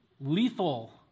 lethal